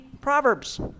Proverbs